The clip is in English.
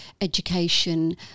education